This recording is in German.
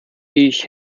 ich